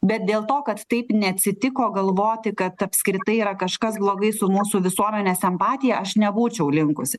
bet dėl to kad taip neatsitiko galvoti kad apskritai yra kažkas blogai su mūsų visuomenės empatija aš nebūčiau linkusi